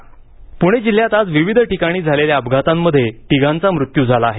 पूणे अपघात पुणे जिल्ह्यात विविध ठिकाणी झालेल्या अपघातांमध्ये तिघांचा मृत्यू झाला आहे